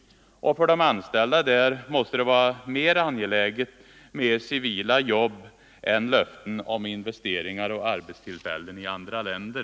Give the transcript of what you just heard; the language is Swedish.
utlandet För de anställda i Linköping måste det vara mer angeläget med civila jobb där än med löften om investeringar och arbetstillfällen i andra länder.